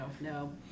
no